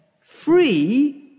free